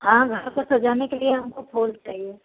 हाँ घर को सजाने के लिए हमको फूल चाहिए